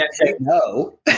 No